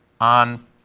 On